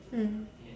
mm